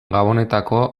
gabonetako